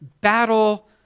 battle